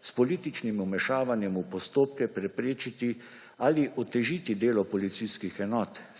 s političnim vmešavanjem v postopke preprečiti ali otežiti delo policijskih enot,